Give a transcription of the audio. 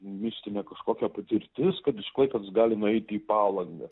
mistinė kažkokia patirtis kad iš klaipėdos gali nueiti į palangą